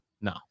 No